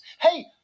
Hey